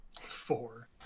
Four